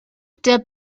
der